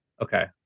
Okay